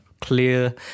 clear